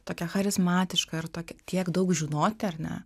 tokia charizmatiška ir tokia tiek daug žinoti ar ne